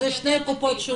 אלה שתי קופות שונות.